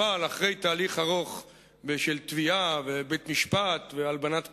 אבל אחרי תהליך ארוך בשל תביעה בבית-משפט והלבנת פנים,